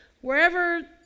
wherever